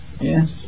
Yes